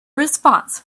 response